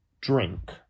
drink